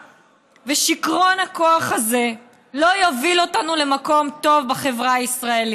ושיכרון הכוח הזה לא יובילו אותנו למקום טוב בחברה הישראלית,